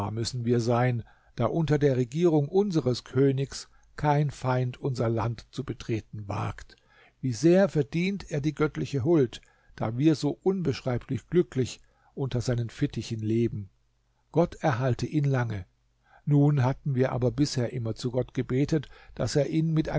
müssen wir sein da unter der regierung unseres königs kein feind unser land zu betreten wagt wie sehr verdient er die göttliche huld da wir so unbeschreiblich glücklich unter seinen fittichen leben gott erhalte ihn lange nun hatten wir aber bisher immer zu gott gebetet daß er ihn mit